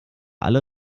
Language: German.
alle